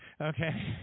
okay